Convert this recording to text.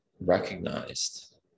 recognized